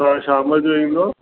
तव्हां शाम जो ईंदो